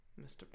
Mr